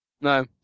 No